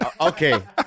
Okay